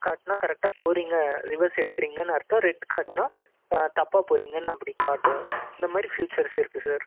காட்டுனா கரெக்டாக போகறீங்க ரிவர்ஸ் எடுக்குறீங்கன்னு அர்த்தம் ரெட் காட்டுனா தப்பாக போகறீங்கன்னு அப்படி காட்டும் இந்த மாதிரி ஃபியூச்சர்ஸ் இருக்கு சார்